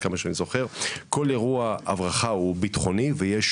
כל אירוע הברחה הוא ביטחוני, ויש